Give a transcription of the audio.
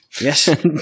Yes